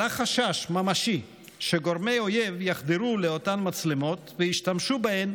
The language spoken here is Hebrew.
עלה חשש ממשי שגורמי אויב יחדרו לאותן מצלמות וישתמשו בהן